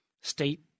state